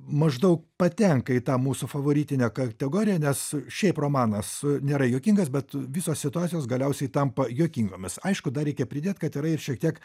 maždaug patenka į tą mūsų favoritinę kategoriją nes šiaip romanas nėra juokingas bet visos situacijos galiausiai tampa juokingomis aišku dar reikia pridėt kad yra ir šiek tiek